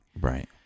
Right